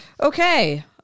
Okay